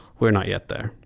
we're not yet there.